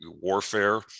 warfare